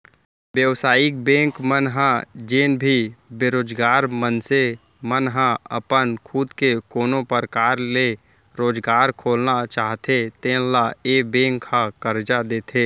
बेवसायिक बेंक मन ह जेन भी बेरोजगार मनसे मन ह अपन खुद के कोनो परकार ले रोजगार खोलना चाहते तेन ल ए बेंक ह करजा देथे